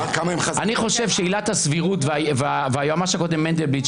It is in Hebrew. אני חושב שעילת הסבירות והיועמ"ש הקודם מנדלבליט,